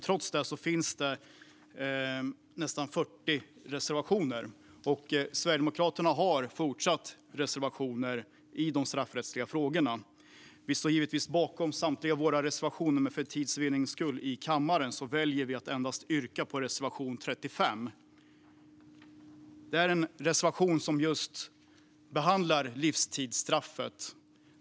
Trots det finns det nästan 40 reservationer. Sverigedemokraterna fortsätter att lämna reservationer i de straffrättsliga frågorna. Vi står givetvis bakom samtliga av våra reservationer, men för tids vinnande väljer vi att yrka bifall endast till reservation 35, som behandlar livstidsstraffet.